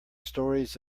stories